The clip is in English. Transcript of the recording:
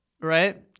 right